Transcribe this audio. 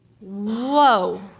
Whoa